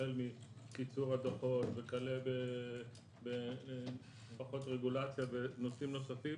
החל מקיצור הדוחות וכלה בפחות רגולציה ונושאים נוספים